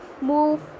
move